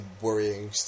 worrying